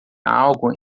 algo